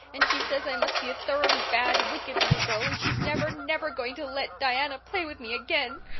and she says i must be a thoroughly bad, wicked little girl and she's never, never going to let diana play with me again.